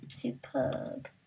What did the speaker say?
Superb